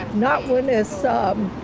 not when this, ah,